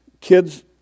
Kids